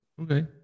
okay